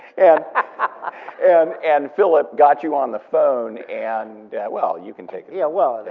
and and and philip got you on the phone and well, you can take it. yeah well,